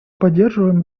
поддерживаем